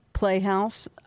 playhouse